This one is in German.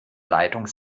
leitung